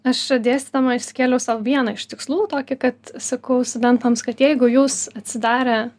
aš dėstydama išsikėliau sau vieną iš tikslų tokį kad sakau studentams kad jeigu jūs atsidarę